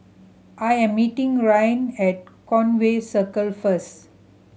I am meeting Rylan at Conway Circle first